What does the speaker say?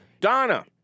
Donna